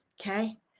Okay